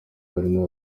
barimo